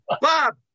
Bob